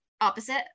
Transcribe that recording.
opposite